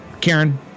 Karen